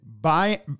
buy